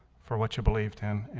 for what you believed him